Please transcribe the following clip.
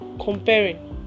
comparing